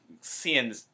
seeing